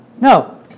No